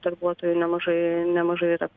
darbuotojų nemažai nemažai yra